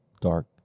dark